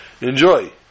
Enjoy